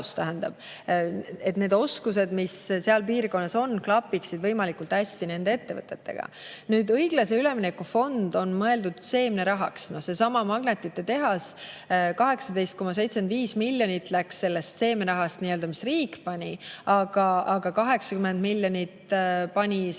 need oskused, mis seal piirkonnas on, klapiksid võimalikult hästi nende ettevõtetega. Nüüd, õiglase ülemineku fond on mõeldud seemnerahaks. Seesama magnetitehas: 18,75 miljonit läks sellest seemnerahast, mis riik pani, aga 80 miljonit pani see